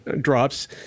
drops